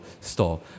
store